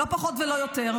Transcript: לא פחות ולא יותר,